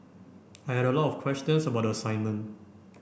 I had a lot of questions about the assignment